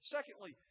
Secondly